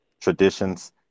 traditions